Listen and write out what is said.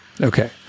Okay